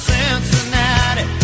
Cincinnati